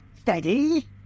Steady